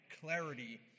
clarity